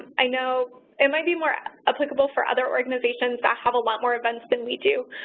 i know it might be more applicable for other organizations that have a lot more events than we do.